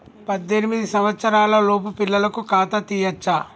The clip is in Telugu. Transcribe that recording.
పద్దెనిమిది సంవత్సరాలలోపు పిల్లలకు ఖాతా తీయచ్చా?